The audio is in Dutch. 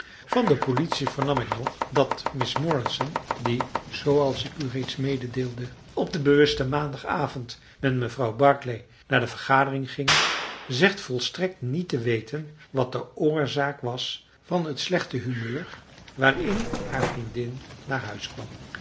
van de politie vernam ik nog dat miss morrison die zooals ik u reeds mededeelde op den bewusten maandagavond met mevrouw barclay naar de vergadering ging zegt volstrekt niet te weten wat de oorzaak was van het slechte humeur waarin haar vriendin naar huis kwam